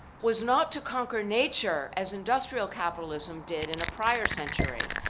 was not to conquer nature as industrial capitalism did in a prior century,